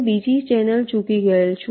હું બીજી ચેનલ ચૂકી ગયેલ છું